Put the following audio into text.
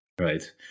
Right